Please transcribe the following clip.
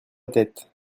tête